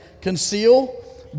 Conceal